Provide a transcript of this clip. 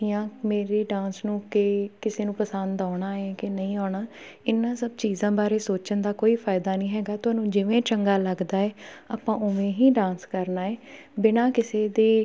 ਜਾਂ ਮੇਰੇ ਡਾਂਸ ਨੂੰ ਕਿ ਕਿਸੇ ਨੂੰ ਪਸੰਦ ਆਉਣਾ ਹੈ ਕਿ ਨਹੀਂ ਆਉਣਾ ਇਹਨਾਂ ਸਭ ਚੀਜ਼ਾਂ ਬਾਰੇ ਸੋਚਣ ਦਾ ਕੋਈ ਫਾਇਦਾ ਨਹੀਂ ਹੈਗਾ ਤੁਹਾਨੂੰ ਜਿਵੇਂ ਚੰਗਾ ਲੱਗਦਾ ਹੈ ਆਪਾਂ ਉਵੇਂ ਹੀ ਡਾਂਸ ਕਰਨਾ ਹੈ ਬਿਨਾਂ ਕਿਸੇ ਦੀ